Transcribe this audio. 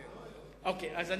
אחמד, הפיליבסטר מחר לא היום.